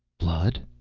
blood?